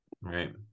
right